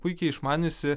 puikiai išmaniusį